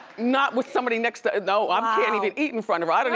not with somebody next to, no, um i can't even eat in front of but and